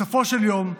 בסופו של יום,